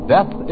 Death